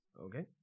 Okay